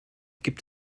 gibt